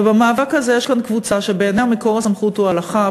ובמאבק הזה יש כאן קבוצה שבעיניה מקור הסמכות הוא ההלכה,